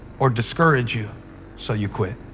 or discourage you so you quit.